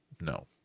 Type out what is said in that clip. No